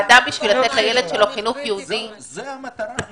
אדם בשביל לתת לילד שלו חינוך יהודי --- זו המטרה,